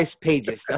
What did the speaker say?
pages